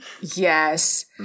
Yes